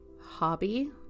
hobby